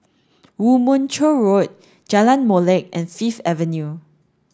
Woo Mon Chew Road Jalan Molek and Fifth Avenue